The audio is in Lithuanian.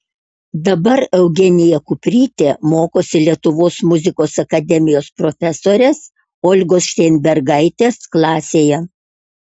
dabar eugenija kuprytė mokosi lietuvos muzikos akademijos profesorės olgos šteinbergaitės klasėje